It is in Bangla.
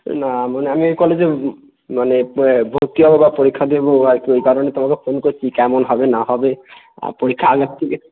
না মানে আমি এই কলেজে মানে ভর্তি হবো বা পরীক্ষা দেবো আর কি ওই কারণে তোমাকে ফোন করছি কেমন হবে না হবে পরীক্ষা আগের থেকে